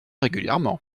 régulièrement